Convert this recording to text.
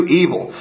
evil